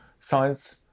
science